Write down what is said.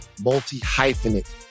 multi-hyphenate